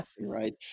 Right